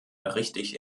richtig